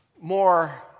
more